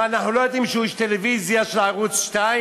מה, אנחנו לא יודעים שהוא איש טלוויזיה של ערוץ 2?